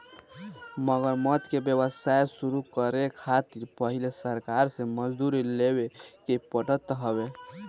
मगरमच्छ के व्यवसाय शुरू करे खातिर पहिले सरकार से मंजूरी लेवे के पड़त हवे